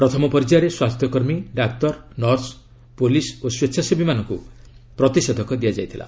ପ୍ରଥମ ପର୍ଯ୍ୟାୟରେ ସ୍ୱାସ୍ଥ୍ୟକର୍ମୀ ଡାକ୍ତର ନର୍ସ ପୋଲିସ ଓ ସ୍ୱେଚ୍ଛାସେବୀମାନଙ୍କୁ ପ୍ରତିଷେଧକ ଦିଆଯାଇଥିଲା